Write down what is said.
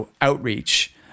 outreach